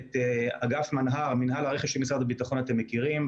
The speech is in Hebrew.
את אגף מנה"ר (מינהל הרכש) של משרד הביטחון אתם מכירים,